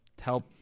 help